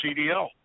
CDL